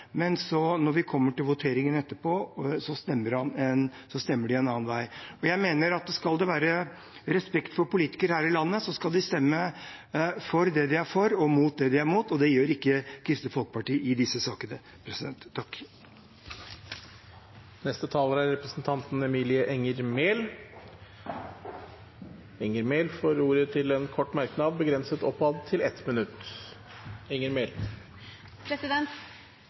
men når vi kommer til voteringen etterpå, stemmer de annerledes. Jeg mener at skal det være respekt for politikere her i landet, skal de stemme for det de er for, og mot det de er mot. Det gjør ikke Kristelig Folkeparti i disse sakene. Representanten Emilie Enger Mehl har hatt ordet to ganger tidligere og får ordet til en kort merknad, begrenset til 1 minutt.